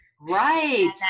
Right